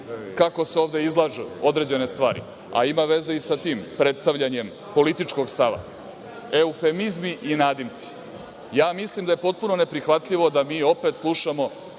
kako se ovde izlažu određene stvari, a ima veze i sa tim predstavljanjem političkog stava, eufemizmi i nadimci. Mislim da je potpuno neprihvatljivo da mi opet slušamo